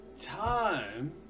time